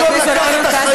חבר הכנסת אורן חזן,